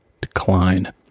decline